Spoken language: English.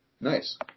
Nice